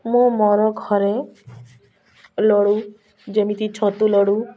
ମୁଁ ମୋର ଘରେ ଲଡ଼ୁ ଯେମିତି ଛତୁ ଲଡ଼ୁ